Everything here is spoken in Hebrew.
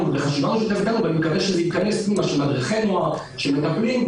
ובחשיבה משותפת אתנו של מדריכי נוער שמטפלים,